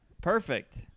Perfect